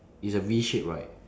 it's a V shape right